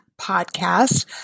podcast